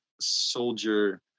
soldier